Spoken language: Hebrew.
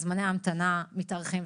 זמני ההמתנה מתארכים,